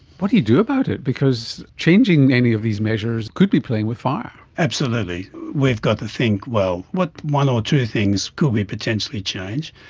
what do you do about it? because changing any of these measures could be playing with fire. absolutely. we've got to think, well, what one or two things could we potentially change?